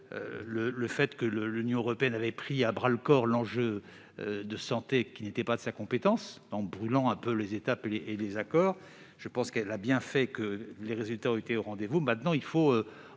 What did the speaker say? Richer, que l'Union européenne avait pris à bras-le-corps l'enjeu de la santé, qui n'était pas de sa compétence, en brûlant quelque peu les étapes et les accords. Je pense qu'elle a bien fait et que les résultats ont été au rendez-vous ; maintenant, il faut les